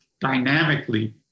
dynamically